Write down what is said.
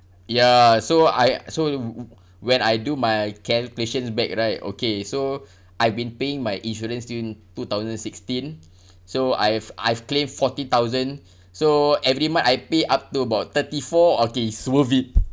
ya so I so when I do my calculations back right okay so I've been paying my insurance since two thousand sixteen so I've I've claimed fourteen thousand so every month I pay up to about thirty four okay is worth it